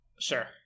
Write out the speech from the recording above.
Sure